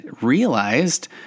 realized